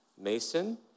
Mason